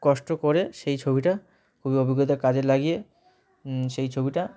কষ্ট করে সেই ছবিটা খুবই অভিজ্ঞতা কাজে লাগিয়ে সেই ছবিটা